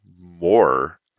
more